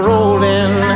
Rolling